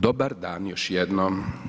Dobar dan još jednom.